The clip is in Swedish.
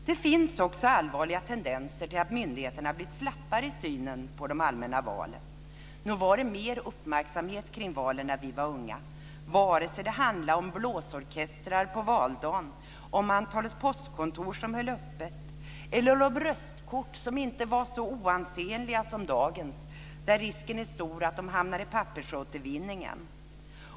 Det finns också allvarliga tendenser till att myndigheterna har blivit slappare i synen på allmänna val. Nog var det mer uppmärksamhet kring valen när vi var unga, vare sig det handlade om blåsorkestrar på valdagen eller det handlade om antalet postkontor som höll öppet eller om röstkort som inte var så oansenliga som dagens - risken är ju stor att de hamnar i pappersåtervinningen.